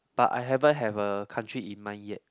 but I haven't have a country in mind yet